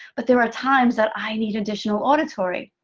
but there are times that i need additional auditory,